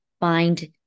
Find